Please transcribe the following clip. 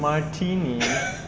martini